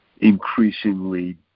increasingly